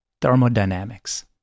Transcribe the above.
thermodynamics